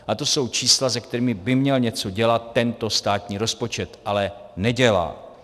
A to jsou čísla, se kterými by měl něco dělat tento státní rozpočet, ale nedělá.